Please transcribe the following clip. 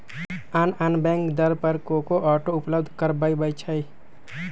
आन आन बैंक दर पर को को ऑटो उपलब्ध करबबै छईं